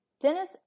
Dennis